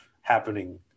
happening